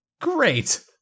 Great